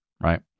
right